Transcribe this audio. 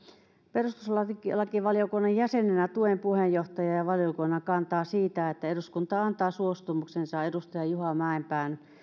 perustuslakivaliokunnan jäsenenä tuen puheenjohtajan ja valiokunnan kantaa siitä että eduskunta antaa suostumuksensa edustaja juha mäenpään